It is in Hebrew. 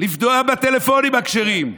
לפגוע בטלפונים הכשרים,